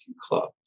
club